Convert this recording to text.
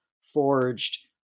forged